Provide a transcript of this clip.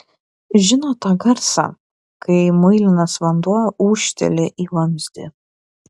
žinot tą garsą kai muilinas vanduo ūžteli į vamzdį